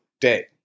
day